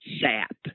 sap